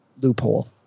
loophole